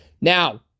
Now